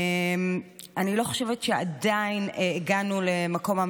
אני חושבת שעדיין לא הגענו למקום הזה,